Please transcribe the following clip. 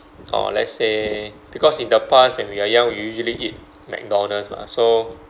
or let's say because in the past when we are young we usually eat McDonald's mah so